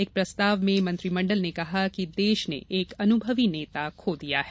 एक प्रस्तााव में मंत्रिमंडल ने कहा कि देश ने एक अनुभवी नेता खो दिया है